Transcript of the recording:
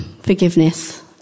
forgiveness